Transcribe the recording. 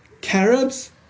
carobs